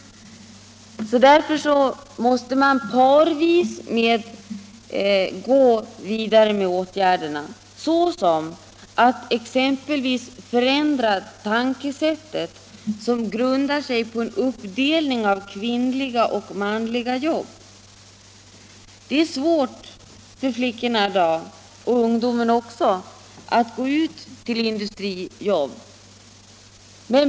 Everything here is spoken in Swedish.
Därför måste man gå parvis med åtgärderna. Vi måste alltså förändra tankesätt som grundar sig på en uppdelning av kvinnliga och manliga jobb. Det är svårt att få ut ungdomen och framför allt flickorna till industrijobb.